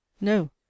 No